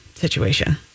situation